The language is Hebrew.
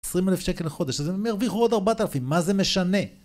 20,000 שקל בחודש, אז הם ירוויחו עוד 4,000, מה זה משנה?